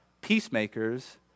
peacemakers